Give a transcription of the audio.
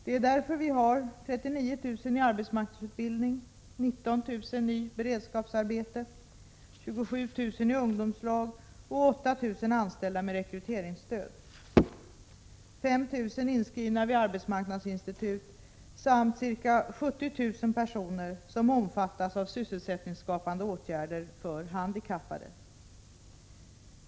Det är därför vi har 39 000 personer i arbetsmarknadsutbildning, 19 000 i beredskapsarbete, 27 000 i ungdomslag och 8 000 anställda med rekryteringsstöd. 5 000 är inskrivna vid arbetsmarknadsinstitut och ca 70 000 personer omfattas av sysselsättningsskapande åtgärder för handikappade.